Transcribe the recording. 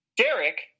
Derek